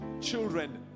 children